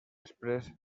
després